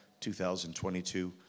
2022